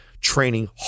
training